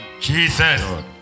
Jesus